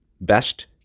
Best